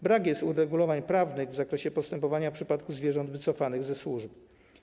Brak jest uregulowań prawnych w zakresie postępowania w przypadku zwierząt wycofanych ze służby.